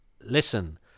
listen